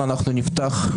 בלי לקבל אותו בהסכמה רחבה,